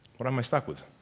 what am i stuck with